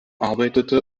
arbeitete